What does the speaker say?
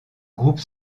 groupe